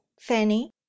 fanny